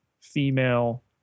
female